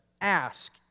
Ask